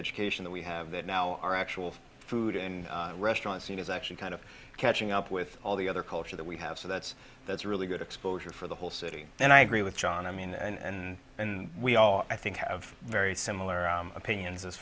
education that we have that now our actual food in restaurants you know is actually kind of catching up with all the other culture that we have so that's that's really good exposure for the whole city and i agree with john i mean and and we all i think have very similar opinions as